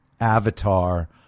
avatar